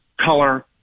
color